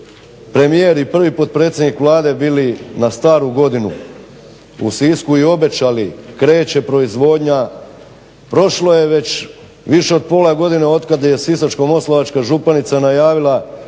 premijer i prvi potpredsjednik Vlade bili na Staru godinu u Sisku i obećali kreće proizvodnja. Prošlo je već više od pola godine otkad je Sisačko-moslavačka županica najavila